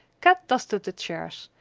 kat dusted the chairs,